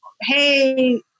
hey